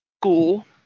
school